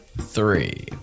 three